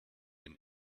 ein